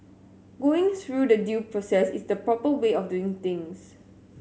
going through the due process is the proper way of doing things